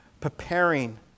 preparing